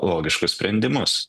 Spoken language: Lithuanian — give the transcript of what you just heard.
logiškus sprendimus